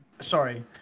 sorry